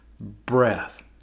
breath